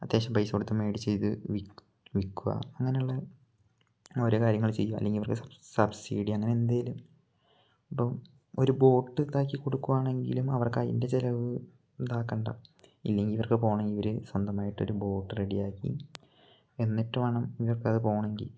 അത്യാവശ്യം പൈസ കൊടുത്ത് മേടിച്ച് ഇത് വില്ക്കുക അങ്ങനെയുള്ള ഓരോ കാര്യങ്ങള് ചെയ്യുക അല്ലെങ്കില് ഇവർക്ക് സബ്സീഡി അങ്ങനെയെന്തെങ്കിലും ഇപ്പം ഒരു ബോട്ട് ഇതാക്കിക്കൊടുക്കുകയാണെങ്കിലും അവർക്ക് അതിന്റെ ചെലവ് ഇതാക്കേണ്ട ഇല്ലെങ്കില് ഇവർക്ക് പോകണമെങ്കില് ഇവര് സ്വന്തമായിട്ടൊരു ബോട്ട് റെഡിയാക്കി എന്നിട്ട് വേണം ഇവർക്കത് പോകണമെങ്കില്